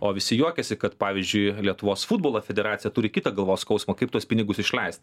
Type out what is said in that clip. o visi juokiasi kad pavyzdžiui lietuvos futbolo federacija turi kitą galvos skausmą kaip tuos pinigus išleist